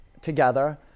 together